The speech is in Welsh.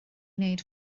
wneud